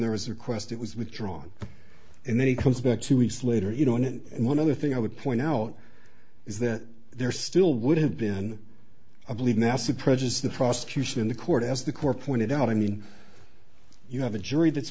there was a request it was withdrawn and then he comes back two weeks later you know and one other thing i would point out is that there still would have been i believe nasa prejudice the prosecution in the court as the core pointed out i mean you have a jury that's